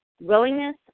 Willingness